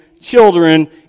children